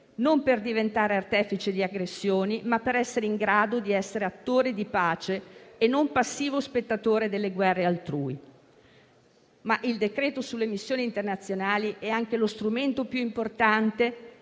non per diventare artefice di aggressioni, ma per essere in grado di essere attore di pace e non passivo spettatore delle guerre altrui. Tuttavia, il provvedimento sulle missioni internazionali è anche lo strumento più importante